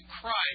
Christ